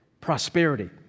Prosperity